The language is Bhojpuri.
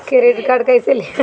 क्रेडिट कार्ड कईसे लेहम?